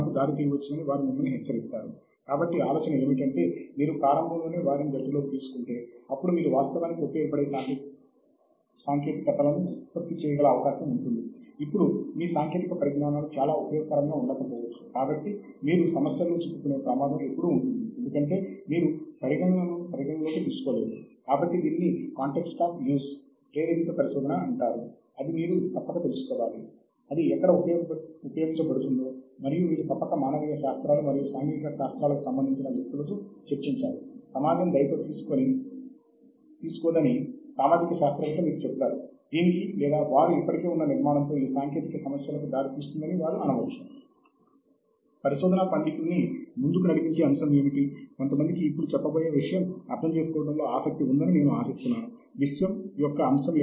దురదృష్టవశాత్తు ఒక పత్రికను ప్రచురించటానికి అయ్యే ఖర్చు లేదా ఒక సదస్సులో సమర్పించిన పత్రాలను పునరుత్పాదక పద్ధతిలో చాలా కాలము వరకు భద్రపరచటానికి ప్రచురణకర్తలు కొంత డబ్బు ను ఖర్చు చేస్తారు కాబట్టి ప్రతి దానిని ఉపయోగించుకొనుటకు కొంత చందా ఖర్చు ఉందని అర్థం